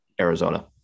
Arizona